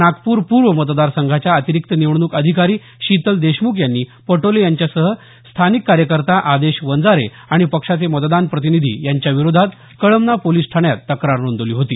नागपूर पूर्व मतदारसंघाच्या अतिरिक्त निवडणूक अधिकारी शीतल देशमुख यांनी पटोले यांच्यासह स्थानिक कार्यकर्ता आदेश वंजारे आणि पक्षाचे मतदान प्रतिनिधी यांच्या विरोधात कळमना पोलीस ठाण्यात तक्रार नोंदवली होती